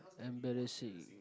embarrassing